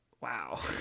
wow